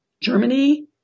Germany